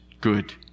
good